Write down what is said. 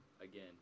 again